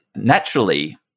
Naturally